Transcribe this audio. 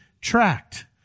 tracked